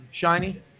shiny